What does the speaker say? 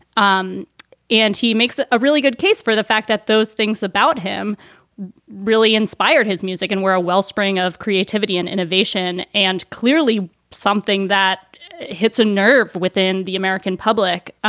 um and he makes ah a really good case for the fact that those things about him really inspired his music and were a wellspring of creativity and innovation and clearly something that hits a nerve within the american public.